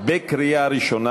לקריאה ראשונה.